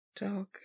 dog